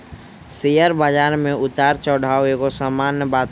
share बजार में उतार चढ़ाओ एगो सामान्य बात हइ